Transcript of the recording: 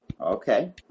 Okay